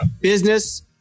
business